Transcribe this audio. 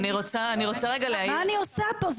מה אני עושה פה,